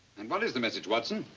and what is the message, watson?